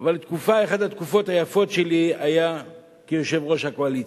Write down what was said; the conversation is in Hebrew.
אבל אחת התקופות היפות שלי היתה כיושב-ראש הקואליציה.